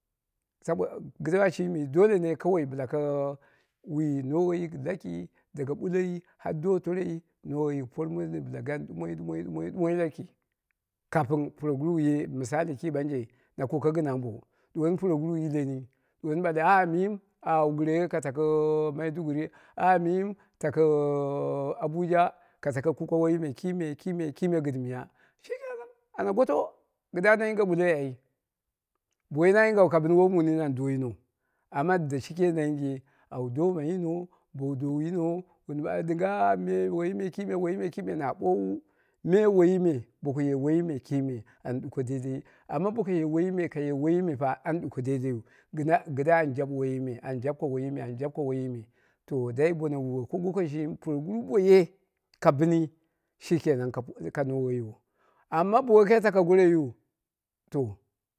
Sabo kɨdda shimi dole ne bɨle kai wi lo wonduwoi laki daga ɓullo har do toroi lo yik bɨla por mondin gani ɗumo ɗumoi. Laki kafin puroguru ye misali ki banje na kuke gɨn ambo, ɗuwoni puroguru yileni ɗuwoni ɓale ah miyim wu gɨreghe ka tako maiduguri, miyim tako abuja ta tako kuke woiyi me kime kime kime gɨm miya, shi kenan ana goto kɨdda na yinge ɓulloi di, bo woi na yingau ka bɨni woi mu nini an do yinou amma dashike na yinyau doma yino bowu dowu yino wun ɓalmai ɗɨnga woiyi me kime woiyi me kime na ɓoowu, me woiyi me boko ye woiyi me kime an ɗuko daidai amma boko ye woiyi me kaye woiyi me ɓa an ɗuko daidaiyu kɨdda an jabɨwo ana jabko woiyi me, an jabko woiyi me to dai bono wuwe ko goko shimi puroguru ba ye ka bɨni shi kenan ka kuke ka nowe yiwo amma bo wokai tako goroiyu to